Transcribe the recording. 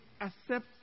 accept